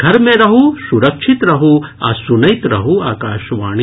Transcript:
घर मे रहू सुरक्षित रहू आ सुनैत रहू आकाशवाणी